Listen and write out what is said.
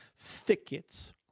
thickets